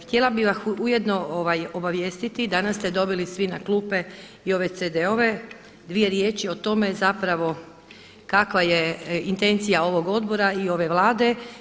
Htjela bih vas ujedno obavijestiti, danas ste dobili svi na klupe i ove CD-ove, dvije riječi o tome zapravo kakva je intencija ovog odbora i ove Vlade.